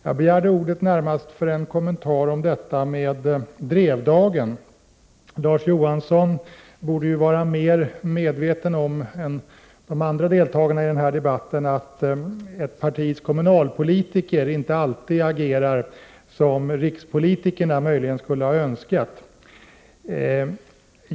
Jag begärde ordet närmast för att göra en kommentar till vad Larz Johansson sade om Drevdagen. Larz Johansson borde mer än de andra deltagarna i denna debatt vara medveten om att ett partis kommunalpolitiker inte alltid agerar som rikspolitikerna möjligen skulle önska.